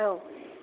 औ